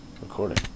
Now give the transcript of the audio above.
Recording